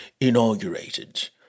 inaugurated